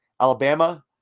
Alabama